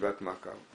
ישיבת מעקב.